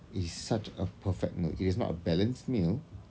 it is such a perfect meal it is not a balanced meal